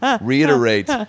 reiterate